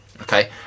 okay